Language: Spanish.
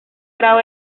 grado